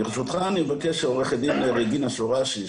ברשותך אני מבקש שעורכת דין רגינה שורשי,